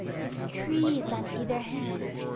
with trees on either hand.